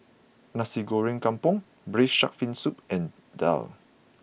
Nasi Goreng Kampung Braised Shark Fin Soup and Daal